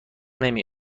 نمی